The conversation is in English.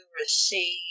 receive